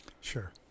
Sure